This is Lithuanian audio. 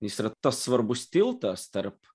jis yra tas svarbus tiltas tarp